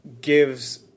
gives